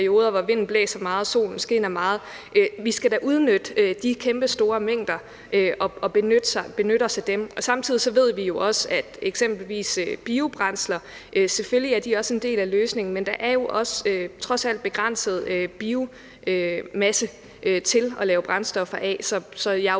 hvor vinden blæser meget og solen skinner meget. Vi skal da udnytte de kæmpestore mængder og benytte os af dem. Og samtidig ved vi jo også, at eksempelvis biobrændsler selvfølgelig er en del af løsningen, men at der trods alt er en begrænset biomasse til at lave brændstoffer af. Så jeg er